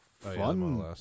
fun